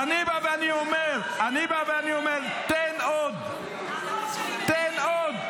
אז אני בא ואני אומר, תן עוד, תן עוד.